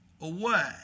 away